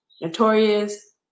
notorious